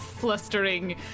Flustering